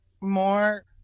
more